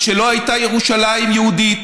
שלא הייתה ירושלים יהודית,